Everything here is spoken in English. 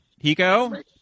Hiko